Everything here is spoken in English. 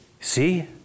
See